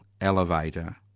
elevator